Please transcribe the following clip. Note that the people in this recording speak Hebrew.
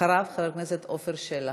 אחריו, חבר הכנסת עופר שלח.